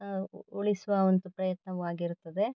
ಉಳಿಸುವ ಒಂದು ಪ್ರಯತ್ನವೂ ಆಗಿರುತ್ತದೆ